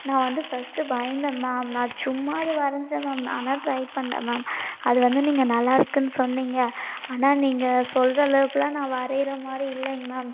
நான் வந்து ஃபஸ்ட்டு பயந்தேன் மேம் நான் சும்மா அது வரைஞ்சேன் மேம் நானாக ட்ரை பண்னேன் மேம் அது வந்து நீங்கள் நல்லாயிருக்குன்னு சொன்னீங்க ஆனால் நீங்கள் சொல்கிற அளவுக்கெலாம் நான் வரைகிற மாதிரி இல்லைங்க மேம்